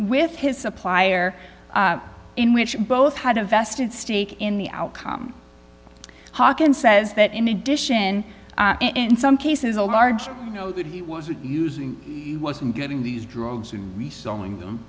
with his supplier in which both had a vested stake in the outcome hawkins says that in addition in some cases a large you know that he wasn't using wasn't getting these drugs in reselling them